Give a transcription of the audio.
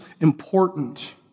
important